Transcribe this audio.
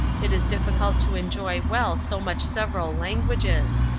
it is difficult to enjoy well so much several languages.